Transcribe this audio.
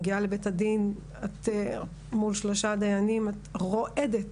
את מגיעה לבית הדין מול שלושה דיינים את רועדת.